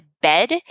bed